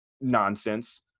nonsense